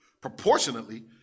proportionately